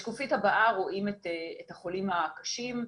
בשקופית הבאה רואים את החולים הקשים.